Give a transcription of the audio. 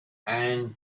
and